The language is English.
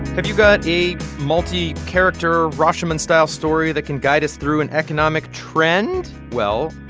have you got a multi-character, rashomon-style story that can guide us through an economic trend? well,